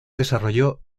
desarrollo